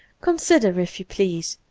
consider, if you please,